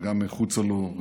וגם מחוצה לו,